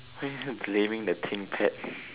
why are you blaming the ThinkPad